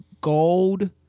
gold